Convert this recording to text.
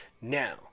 Now